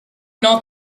not